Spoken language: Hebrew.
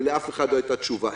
ולאף אחד לא הייתה תשובה.